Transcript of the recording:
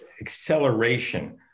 acceleration